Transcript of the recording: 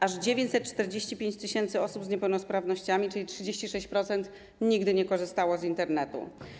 Aż 945 tys. osób z niepełnosprawnościami, czyli 36%, nigdy nie korzystało z Internetu.